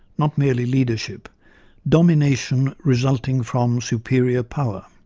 not merely leadership domination resulting from superior power.